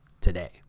today